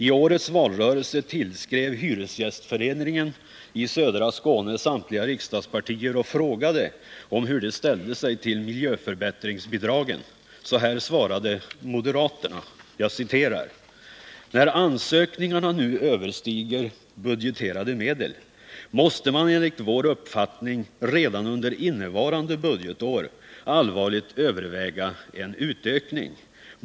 I årets valrörelse tillskrev Hyresgästföreningen i södra Skåne samtliga riksdagspartier och frågade hur de ställde sig till miljöförbättringsbidragen. Så här svarade moderaterna: ” När ansökningarna nu överstiger budgeterade medel måste man enligt vår uppfattning redan under innevarande budgetår allvarligt överväga en utökning.